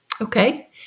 Okay